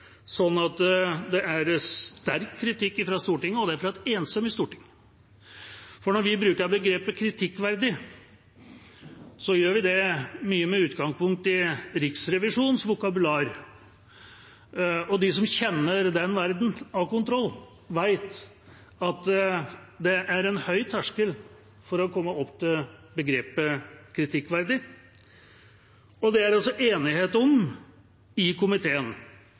at det er sterk kritikk fra Stortinget, og det fra et enstemmig storting. Når vi bruker begrepet «kritikkverdig», gjør vi det mye med utgangspunkt i Riksrevisjonens vokabular, og de som kjenner den verdenen av kontroll, vet at det er en høy terskel for å bruke dette begrepet. Det er enighet i komiteen når det gjelder Samferdselsdepartementet. Det blir hevdet i